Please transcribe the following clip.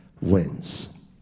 wins